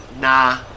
Nah